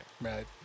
Right